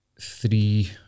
three